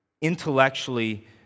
intellectually